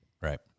right